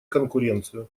конкуренцию